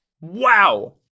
Wow